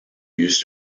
used